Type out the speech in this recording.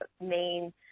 main